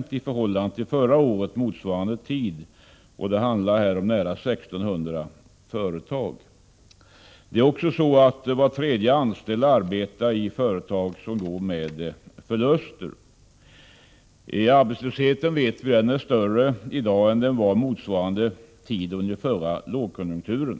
90 i förhållande till motsvarande tid förra året. Det handlar här om nära 1 600 företag. Var tredje anställd arbetar i företag som går med förlust. Vi vet också att arbetslösheten i dag är större än den var motsvarande tid under den förra lågkonjunkturen.